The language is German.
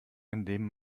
indem